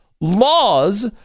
Laws